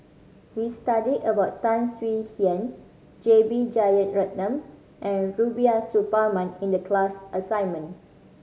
we studied about Tan Swie Hian J B Jeyaretnam and Rubiah Suparman in the class assignment